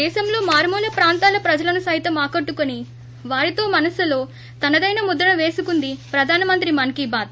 దేశంలో మారుమూల ప్రాంతాల ప్రజలను సైతం ఆకట్టుకుని వారితో మనస్సులో తనదైన ముద్రను వేసుకుంది ప్రధాన మంత్రి మన్కీబాత్